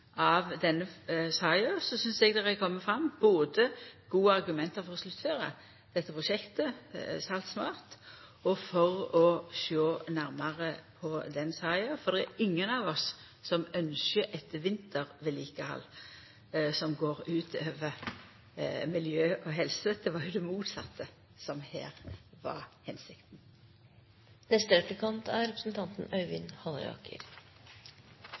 av denne saka, synest eg det har kome fram gode argument både for å sluttføra dette prosjektet, Salt SMART, og for å sjå nærare på den saka, for det er ingen av oss som ynskjer eit vintervedlikehald som går ut over miljøet og helsa. Det var jo det motsette som her var hensikta. For å nyansere siste replikk litt: Hele Norge har ikke arktisk klima. Det er